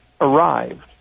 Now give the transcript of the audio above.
arrived